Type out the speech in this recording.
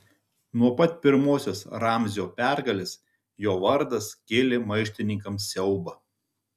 nuo pat pirmosios ramzio pergalės jo vardas kėlė maištininkams siaubą